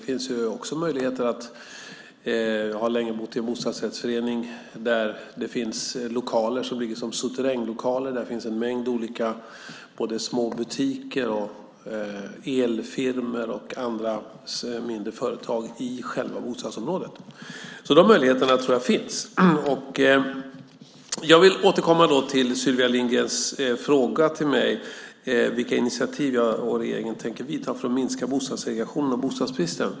Jag har länge bott i en bostadsrättsförening där det finns souterränglokaler med en mängd olika små butiker, elfirmor och andra mindre företag i själva bostadsområdet. Så de möjligheterna tror jag finns. Jag vill återkomma till Sylvia Lindgrens fråga till mig, vilka initiativ jag och regeringen tänker vidta för att minska bostadssegregationen och bostadsbristen.